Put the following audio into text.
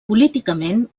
políticament